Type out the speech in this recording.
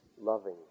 Loving